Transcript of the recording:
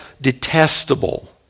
detestable